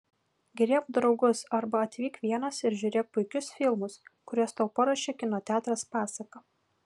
griebk draugus arba atvyk vienas ir žiūrėk puikius filmus kuriuos tau paruošė kino teatras pasaka